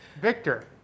Victor